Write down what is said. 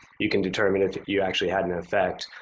you can determine if you actually had an effect.